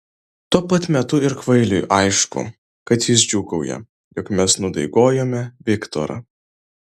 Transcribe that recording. tuo pat metu ir kvailiui aišku kad jis džiūgauja jog mes nudaigojome viktorą